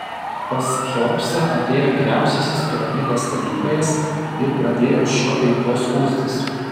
pas cheopsą atėjo vyriausiasis piramidės statytojas ir pradėjo šiuo bei tuo skųstis